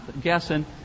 guessing